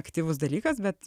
aktyvus dalykas bet